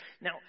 now